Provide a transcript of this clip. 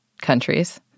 countries